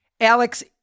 Alex